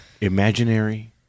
imaginary